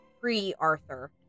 pre-Arthur